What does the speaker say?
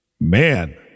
Man